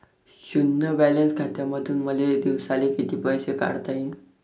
शुन्य बॅलन्स खात्यामंधून मले दिवसाले कितीक पैसे काढता येईन?